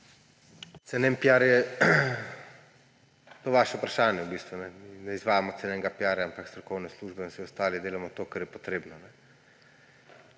Cenen piar. To je vaše vprašanje v bistvu. Ne izvajamo cenenega piara, ampak strokovne službe in vse ostali delamo to, kar je potrebno.